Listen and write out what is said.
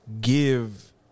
give